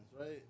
right